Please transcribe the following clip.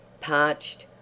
Parched